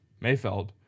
Mayfeld